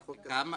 על חוק כזה שנה?